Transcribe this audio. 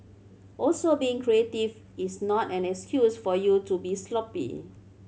also being creative is not an excuse for you to be sloppy